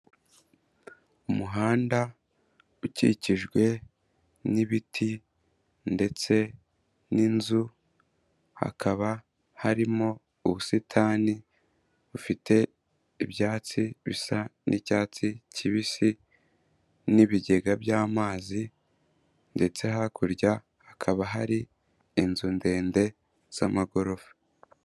Umuhanda ukikijwe n'ibiti ndetse n'inzu, hakaba harimo ubusitani bufite ibyatsi bisa n'icyatsi kibisi n'ibigega by'amazi ndetse hakurya hakaba hari inzu ndende z'amagorofa.